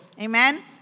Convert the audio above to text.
Amen